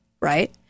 Right